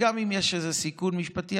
גם אם יש איזה סיכון משפטי,